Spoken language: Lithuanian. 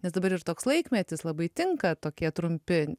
nes dabar ir toks laikmetis labai tinka tokie trumpi